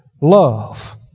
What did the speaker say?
love